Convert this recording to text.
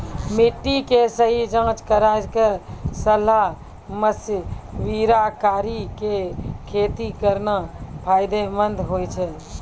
मिट्टी के सही जांच कराय क सलाह मशविरा कारी कॅ खेती करना फायदेमंद होय छै